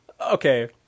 Okay